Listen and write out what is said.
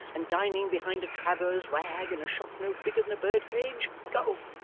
and dining behind a traver's rag, in a shop no bigger than a bird-cage. go,